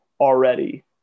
already